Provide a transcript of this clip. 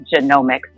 genomics